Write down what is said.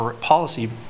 policy